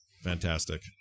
Fantastic